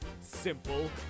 simple